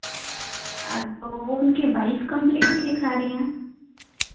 अच्छा वो उनकी वाइफ़ कम्प्लेन नहीं लिखा रही हैं